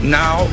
now